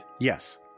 Yes